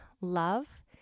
love